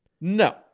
No